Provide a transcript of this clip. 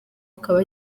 akaba